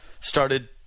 started